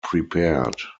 prepared